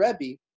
Rebbe